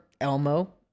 Elmo